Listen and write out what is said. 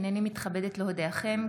הינני מתכבדת להודיעכם,